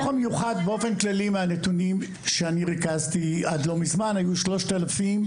המיוחד באופן כללי מהנתונים שריכזתי עד לא מזמן היו 3,000,